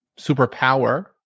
superpower